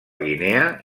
guinea